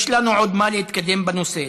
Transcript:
יש לנו עוד מה להתקדם בנושא.